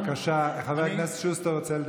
חבר הכנסת שוסטר רוצה לדבר, בבקשה.